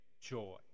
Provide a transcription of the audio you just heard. joy